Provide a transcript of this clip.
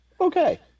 Okay